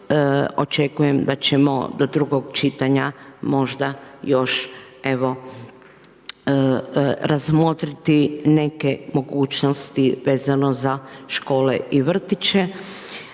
očekujem da ćemo do drugog čitanja možda još evo razmotriti neke mogućnosti vezano za škole i vrtiće